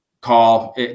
call